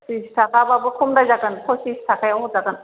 थ्रिस थाखाबाबो खमद्राय जागोन फसिस थाखायाव हरजागोन